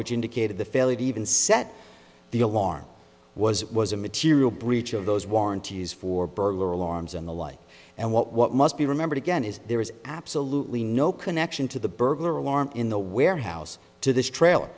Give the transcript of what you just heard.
which indicated the failure even set the alarm was it was a material breach of those warranties for burglar alarms and the like and what what must be remembered again is there is absolutely no connection to the burglar alarm in the warehouse to this trailer